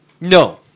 No